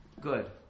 Good